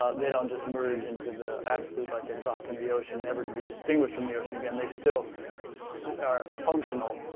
ah they don't just merge into the absolute like a drop in the ocean, never to be distinguished from the ocean again they still so are functional,